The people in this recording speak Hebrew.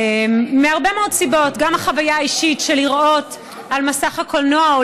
מהרבה מאוד סיבות: גם החוויה האישית של לראות על מסך הקולנוע או